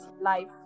life